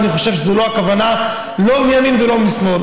אני חושב שזו לא הכוונה, לא מימין ולא משמאל.